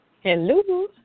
Hello